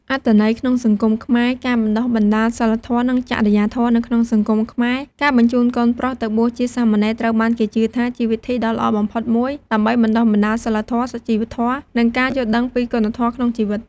អត្ថន័យក្នុងសង្គមខ្មែរ ការបណ្ដុះបណ្ដាលសីលធម៌ និងចរិយាធម៌ នៅក្នុងសង្គមខ្មែរ ការបញ្ជូនកូនប្រុសទៅបួសជាសាមណេរត្រូវបានគេជឿថាជាវិធីដ៏ល្អបំផុតមួយដើម្បីបណ្ដុះបណ្ដាលសីលធម៌ សុជីវធម៌ និងការយល់ដឹងពីគុណធម៌ក្នុងជីវិត។